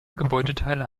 gebäudeteile